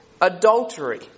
adultery